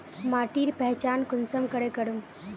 माटिर पहचान कुंसम करे करूम?